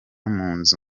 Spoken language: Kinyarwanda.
munzu